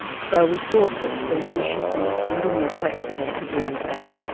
so we thought that the law should be a little more flexible to deal with that.